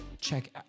check